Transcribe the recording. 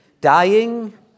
Dying